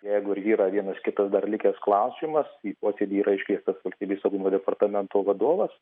jeigu ir yra vienas kitas dar likęs klausimas į posėdį yra iškviestas valstybės saugumo departamento vadovas